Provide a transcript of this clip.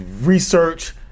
research